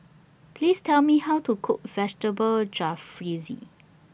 Please Tell Me How to Cook Vegetable Jalfrezi